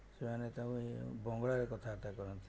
ସେମାନେ ତାଙ୍କୁ ବଙ୍ଗଳାରେ କଥାବାର୍ତ୍ତା କରନ୍ତି